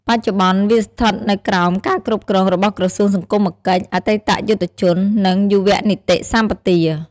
បច្ចុប្បន្ន វាស្ថិតនៅក្រោមការគ្រប់គ្របរបស់ក្រសួងសង្គមកិច្ច អតីតយុទ្ធជន និង យុវនីតិសម្បទា។